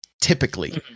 typically